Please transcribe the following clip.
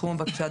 תחום הבקשה,